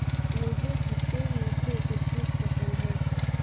मुझे खट्टे मीठे किशमिश पसंद हैं